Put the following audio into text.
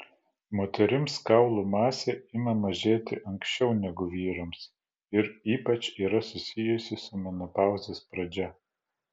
moterims kaulų masė ima mažėti anksčiau negu vyrams ir ypač yra susijusi su menopauzės pradžia